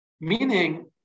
Meaning